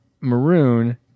Maroon